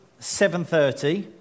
7.30